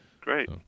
Great